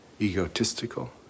egotistical